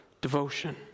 devotion